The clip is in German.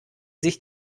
sich